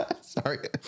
Sorry